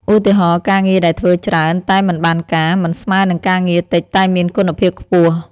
ឧទាហរណ៍ ការងារដែលធ្វើច្រើនតែមិនបានការ មិនស្មើនឹងការងារតិចតែមានគុណភាពខ្ពស់។